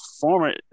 former